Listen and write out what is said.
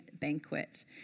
banquet